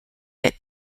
that